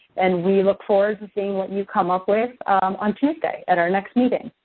and we look forward to seeing what you come up with on tuesday at our next meeting.